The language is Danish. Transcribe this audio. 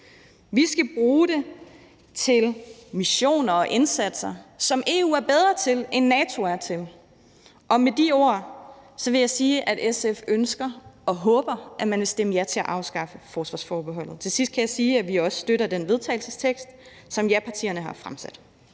Vi skal bruge det til missioner og indsatser, som EU er bedre til end NATO er. Med de ord vil jeg sige, at SF ønsker og håber, at man vil stemme ja til at afskaffe forsvarsforbeholdet. Til sidst kan jeg sige, at vi også støtter den vedtagelsestekst, som japartierne har fremsat.